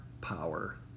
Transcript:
power